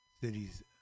cities